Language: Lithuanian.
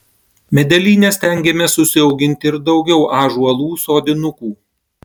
medelyne stengiamės užsiauginti ir daugiau ąžuolų sodinukų